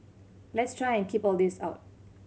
let's try and keep all this out